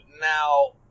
Now